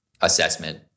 assessment